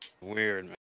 weird